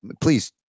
please